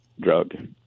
drug